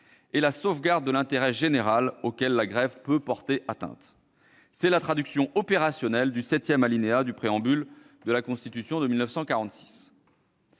et la sauvegarde de l'intérêt général auquel la grève peut porter atteinte. C'est la traduction opérationnelle du septième alinéa du préambule de la Constitution de 1946.